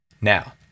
Now